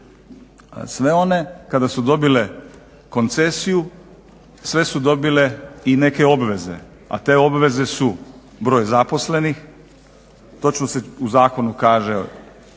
Sve one kada su dobile koncesiju, sve su dobile i neke obveze, a te obveze su: broj zaposlenih, točno se u zakonu kaže